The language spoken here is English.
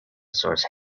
source